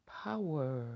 power